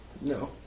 No